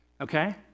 Okay